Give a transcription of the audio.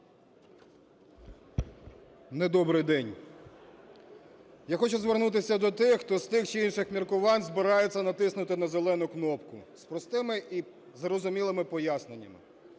Не добрий день! Я хочу звернутися до тих, хто з тих чи інших міркувань збирається натиснути на зелену кнопку, з простими і зрозумілими поясненнями.